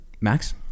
Max